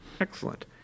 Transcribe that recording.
Excellent